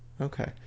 Okay